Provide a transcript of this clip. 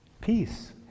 peace